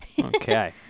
Okay